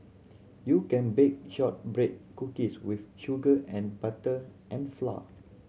you can bake shortbread cookies with sugar and butter and flour